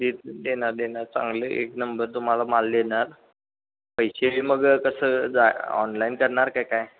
दे देणार देणार चांगले एक नंबर तुम्हाला माल देणार पैसे मग कसं जा ऑनलाईन करणार काय काय